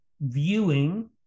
viewing